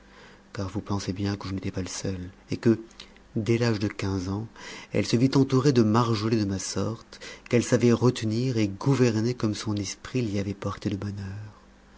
car vous pensez bien que je n'étais pas le seul et que dès l'âge de quinze ans elle se vit entourée de marjolets de ma sorte qu'elle savait retenir et gouverner comme son esprit l'y avait portée de bonne